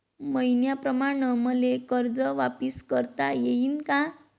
मईन्याप्रमाणं मले कर्ज वापिस करता येईन का?